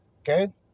Okay